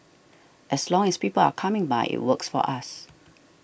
as long as people are coming by it works for us